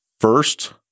first